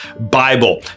Bible